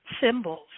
symbols